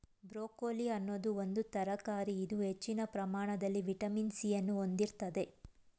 broccoli ಅನ್ನೋದು ಒಂದು ತರಕಾರಿ ಇದು ಹೆಚ್ಚಿನ ಪ್ರಮಾಣದಲ್ಲಿ ವಿಟಮಿನ್ ಸಿ ಅನ್ನು ಹೊಂದಿರ್ತದೆ